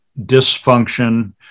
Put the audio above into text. dysfunction